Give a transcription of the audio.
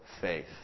faith